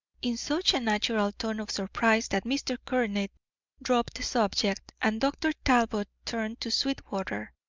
in such a natural tone of surprise that mr. courtney dropped the subject, and dr. talbot turned to sweetwater,